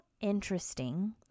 interesting